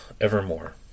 evermore